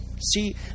See